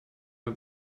man